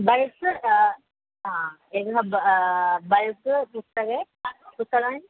बल्स् सा हा पुस्तकानि पुस्तकानि